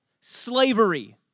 slavery